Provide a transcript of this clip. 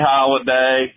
Holiday